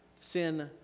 sin